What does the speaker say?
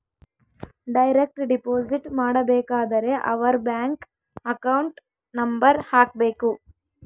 direct deposit ಮಾಡಬೇಕಾದರೆ ಅವರ್ bank account number ಹಾಕ್ಬೆಕು